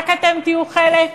רק אתם תהיו חלק?